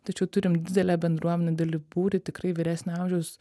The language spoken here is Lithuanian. tačiau turim didelę bendruomenę didelį būrį tikrai vyresnio amžiaus